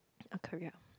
on career